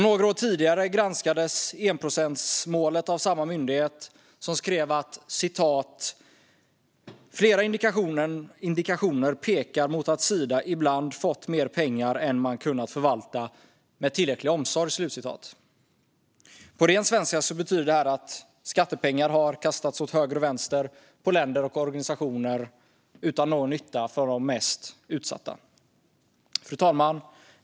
Några år tidigare granskades enprocentsmålet av samma myndighet, som skrev följande: "Flera indikatorer pekar mot att Sida ibland fått mer pengar än man kunnat förvalta med tillräcklig omsorg." På ren svenska betyder det att skattepengar har kastats åt höger och vänster på länder och organisationer utan någon nytta för de mest utsatta. Höständringsbudget för 2021 Fru talman!